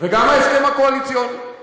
וגם ההסכם הקואליציוני.